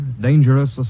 Dangerous